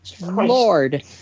Lord